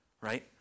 right